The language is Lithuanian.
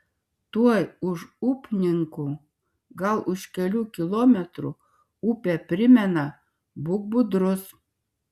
tuoj už upninkų gal už kelių kilometrų upė primena būk budrus